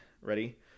Ready